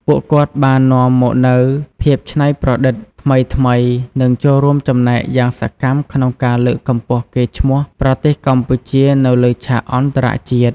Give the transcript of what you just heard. ពួកគាត់បាននាំមកនូវភាពច្នៃប្រឌិតថ្មីៗ និងចូលរួមចំណែកយ៉ាងសកម្មក្នុងការលើកកម្ពស់កេរ្តិ៍ឈ្មោះប្រទេសកម្ពុជានៅលើឆាកអន្តរជាតិ។